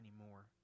anymore